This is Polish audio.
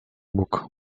bóg